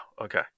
okay